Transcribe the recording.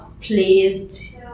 placed